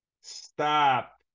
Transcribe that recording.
Stop